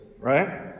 Right